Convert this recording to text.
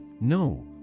no